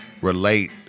relate